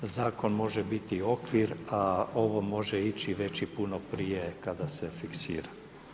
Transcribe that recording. Zakon može biti okvir a ovo može ići puno prije kada se fiksira.